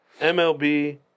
MLB